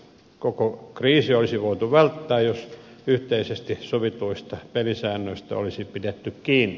koko kriisi olisi voitu välttää jos yhteisesti sovituista pelisäännöistä olisi pidetty kiinni